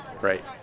right